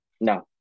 No